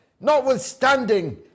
notwithstanding